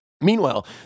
Meanwhile